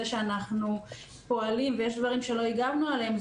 שאנחנו פועלים ושיש דברים שלא הגענו אליהם,